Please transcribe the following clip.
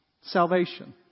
Salvation